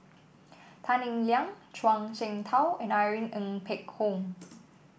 Tan Eng Liang Zhuang Shengtao and Irene Ng Phek Hoong